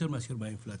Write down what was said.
יותר מאשר לאינפלציה.